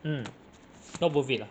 mm not worth it ah